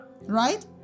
right